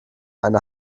eine